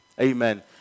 Amen